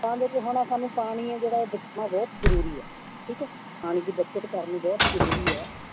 ਤਾਂ ਜੋ ਸਾਨੂੰ ਪਾਣੀ ਹੈ ਜਿਹੜਾ ਉਹ ਬਚਣਾ ਬਹੁਤ ਜਰੂਰੀ ਹੈ ਠੀਕ ਹੈ ਪਾਣੀ ਦੀ ਬਚਤ ਕਰਨੀ ਬਹੁਤ ਜ਼ਰੂਰੀ ਹੈ